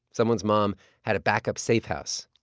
someone's mom had a backup safehouse.